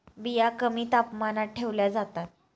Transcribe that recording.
बिया कमी तापमानात ठेवल्या जातात